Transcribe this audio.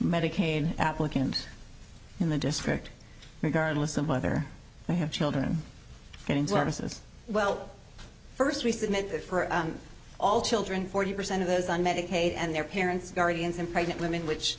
medicaid applicant in the district regardless of whether they have children getting services well first we submit that for all children forty percent of those on medicaid and their parents guardians and pregnant women which